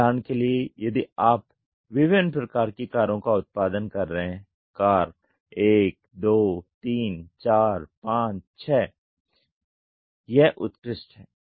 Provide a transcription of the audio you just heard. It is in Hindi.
उदाहरण के लिए यदि आप विभिन्न प्रकार की कारों का उत्पादन कर रहे हैं कार 1 2 3 4 5 6 यह उत्कृष्ट है